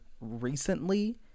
recently